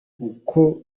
uku